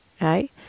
right